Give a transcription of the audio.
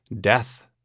death